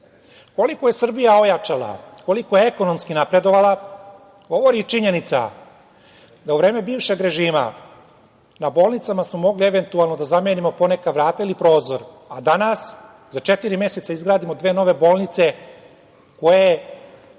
je Srbija ojačala, koliko je ekonomski napredovala govori i činjenica da u vreme bivšeg režima na bolnicama smo mogli eventualno da zamenimo poneka vrata ili prozor, a danas za četiri meseca izgradimo dve nove bolnice koje